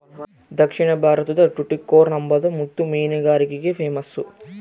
ದಕ್ಷಿಣ ಭಾರತುದ್ ಟುಟಿಕೋರ್ನ್ ಅಂಬಾದು ಮುತ್ತು ಮೀನುಗಾರಿಕ್ಗೆ ಪೇಮಸ್ಸು